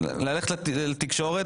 ללכת לתקשורת